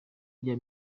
rya